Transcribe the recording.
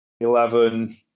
eleven